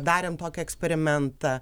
darėm tokį eksperimentą